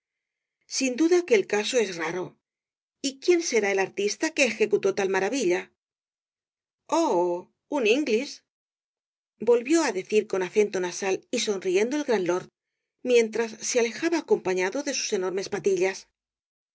sin duda que el caso es raro y quién será el artista que ejecutó tal maravilla oh un inglis volvió á decir con acento nasal y sonriendo el gran lord mientras se alejaba acompañado de sus enormes patillas